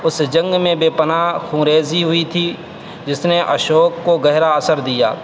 اس جنگ میں بے پناہ خوں ریزی ہوئی تھی جس نے اشوک کو گہرا اثر دیا